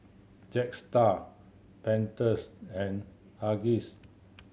Jetstar Pantenes and Huggies